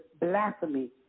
blasphemy